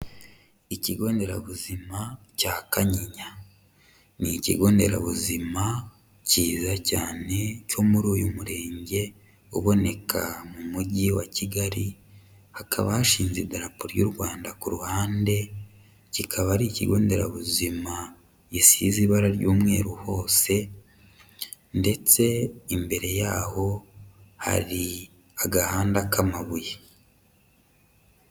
Ikigo nderabuzima cya Kanyinya, ni ikigo nderabuzima cyiza cyane cyo muri uyu murenge uboneka mu Mujyi wa Kigali, hakaba hashinze idarapo ry'u Rwanda ku ruhande, kikaba ari ikigo nderabuzima gisize ibara ry'umweru hose, ndetse imbere yaho hari agahanda k'amabuye.